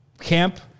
camp